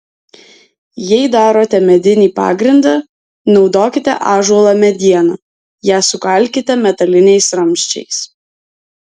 jei darote medinį pagrindą naudokite ąžuolo medieną ją sukalkite metaliniais ramsčiais